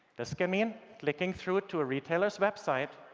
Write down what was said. this can mean clicking through to a retailer's website,